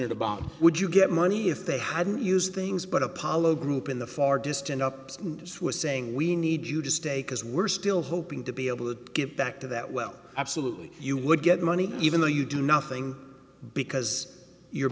about would you get money if they hadn't used things but apollo group in the far distant ups who are saying we need you to stay because we're still hoping to be able to get back to that well absolutely you would get money even though you do nothing because you're